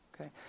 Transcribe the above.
Okay